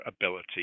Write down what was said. ability